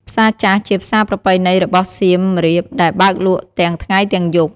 ផ្សារចាស់ ជាផ្សារប្រពៃណីរបស់សៀមរាបដែលបើកលក់ទាំងថ្ងៃទាំងយប់។